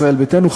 ישראל ביתנו,